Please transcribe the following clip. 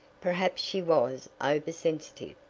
perhaps she was over-sensitive.